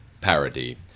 parody